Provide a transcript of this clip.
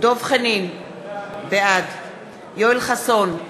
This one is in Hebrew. דב חנין, בעד יואל חסון,